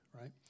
right